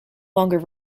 longer